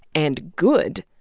and good,